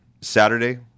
Saturday